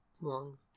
long